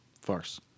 Farce